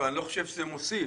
אני לא חושב שזה מוסיף.